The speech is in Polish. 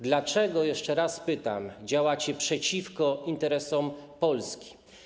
Dlaczego - jeszcze raz pytam - działacie przeciwko interesom Polski?